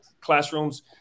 classrooms